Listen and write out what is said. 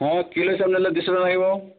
ହଁ କିଲୋ ହିସାବରେ ନେଲେ ଦୁଇ ଶହ ଟଙ୍କା ଲାଗିବ